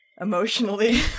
Emotionally